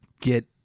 get